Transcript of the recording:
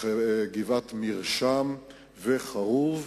גבעת-מרשם וחרוב.